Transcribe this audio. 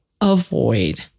Avoid